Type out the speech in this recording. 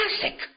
classic